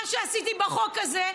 מה שעשיתי בחוק הזה,